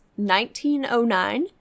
1909